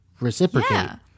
reciprocate